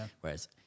Whereas